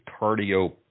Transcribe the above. cardio